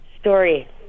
story